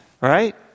right